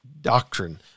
doctrine